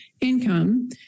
income